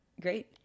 great